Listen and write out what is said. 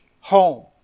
home